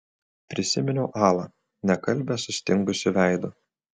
prisiminiau alą nekalbią sustingusiu veidu